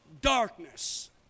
darkness